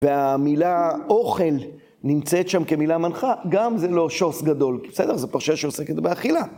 והמילה אוכל נמצאת שם כמילה מנחה, גם זה לא שוס גדול, בסדר? זה פרשה שעוסקת באכילה.